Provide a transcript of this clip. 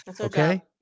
Okay